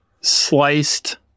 sliced